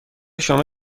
شما